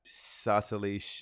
subtly